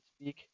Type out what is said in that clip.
speak